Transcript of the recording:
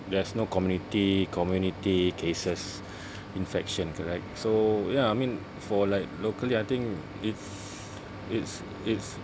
there's no community community cases infection correct so ya I mean for like locally I think it's it's it's